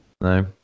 No